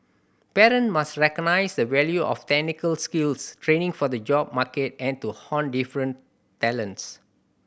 parent must recognise the value of technical skills training for the job market and to hone different talents